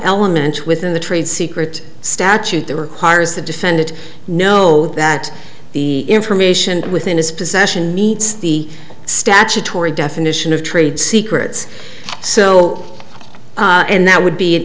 element within the trade secret statute that requires the defendant know that the information within its possession meets the statutory definition of trade secrets so and that would be